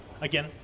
Again